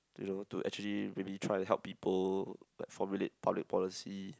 you know to actually maybe try to help people like formulate public policy